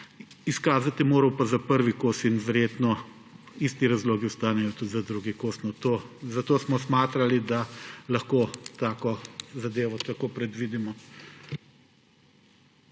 izkazati je moral za prvi kos in verjetno isti razlogi ostanejo tudi za drugi kos. Zato smo smatrali, da lahko tako zadevo tako predvidimo.